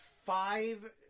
five